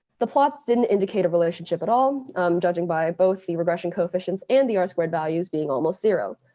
the plots didn't indicate a relationship at all judging by both the regression coefficients and the r squared values being almost zero.